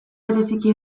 bereziki